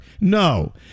No